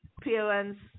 parents